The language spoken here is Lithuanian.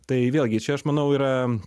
tai vėlgi čia aš manau yra